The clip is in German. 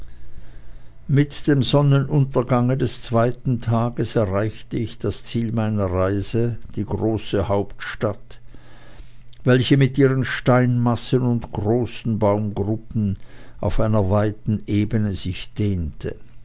mit dem sonnenuntergange des zweiten tages er reichte ich das ziel meiner reise die große hauptstadt welche mit ihren steinmassen und großen baumgruppen auf einer weiten ebene sich dehnte